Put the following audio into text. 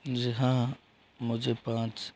जी हाँ मुझे पाँच